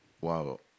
Wow